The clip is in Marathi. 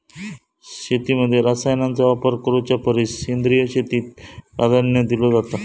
शेतीमध्ये रसायनांचा वापर करुच्या परिस सेंद्रिय शेतीक प्राधान्य दिलो जाता